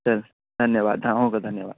तऽ धन्यवाद हँ अहूँ के धन्यवाद